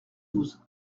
douze